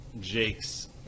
Jake's